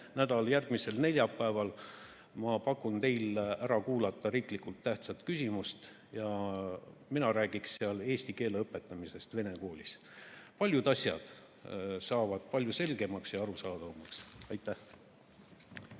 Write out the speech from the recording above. ka järgmisel neljapäeval, ma pakun, võiksite ära kuulata riiklikult tähtsa küsimuse. Mina räägin siis eesti keele õpetamisest vene koolis. Paljud asjad saavad palju selgemaks ja arusaadavamaks. Aitäh!